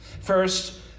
First